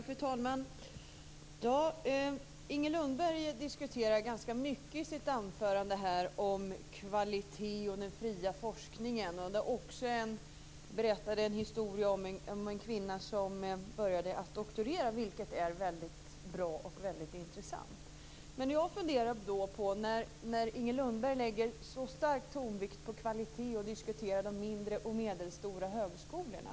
Fru talman! Inger Lundberg diskuterar ganska mycket om kvalitet och den fria forskningen i sitt anförande. Hon berättade också en historia om en kvinna som började doktorera, vilket är väldigt bra och intressant. Inger Lundberg lägger stark tonvikt på kvalitet, och diskuterar de mindre och medelstora högskolorna.